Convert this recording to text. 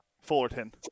Fullerton